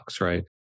right